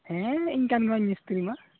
ᱦᱮᱸ ᱤᱧ ᱠᱟᱱᱢᱟᱹᱧ ᱢᱤᱥᱛᱤᱨᱤ ᱢᱟ